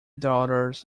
daughters